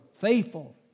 faithful